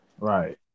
Right